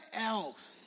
else